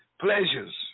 pleasures